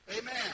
Amen